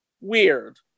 weird